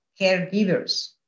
caregivers